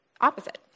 opposite